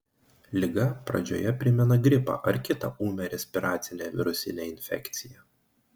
liga pradžioje primena gripą ar kitą ūmią respiracinę virusinę infekciją